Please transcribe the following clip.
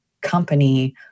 company